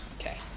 Okay